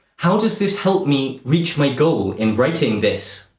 how does this help me reach my goal in writing this?